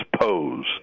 pose